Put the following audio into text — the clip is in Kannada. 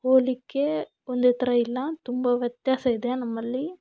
ಹೋಲಿಕೆ ಒಂದೇ ಥರ ಇಲ್ಲ ತುಂಬ ವ್ಯತ್ಯಾಸ ಇದೆ ನಮ್ಮಲ್ಲಿ